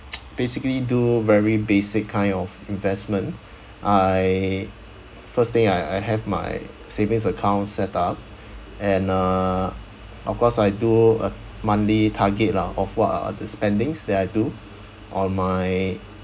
basically do very basic kind of investment I first thing I I have my savings account set up and uh of course I do a monthly target lah of what are other spendings that I do on my